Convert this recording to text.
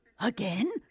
Again